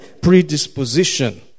Predisposition